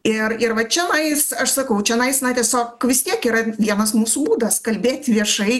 ir ir va čia va jis aš sakau čionais na tiesiog vis tiek yra vienas mūsų būdas kalbėti viešai